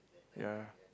ya